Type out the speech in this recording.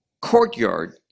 courtyard